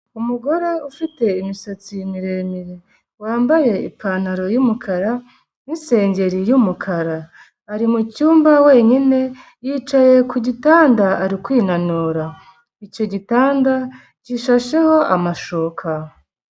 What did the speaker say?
Umugore ufite imisatsi miremire, wambaye ipantaro y'umukara n'isengeri y'umukara ari mu cyumba wenyine yicaye ku gitanda ari kwinanura, icyo gitanda gishasheho amashuka.